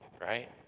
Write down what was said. right